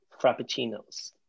frappuccinos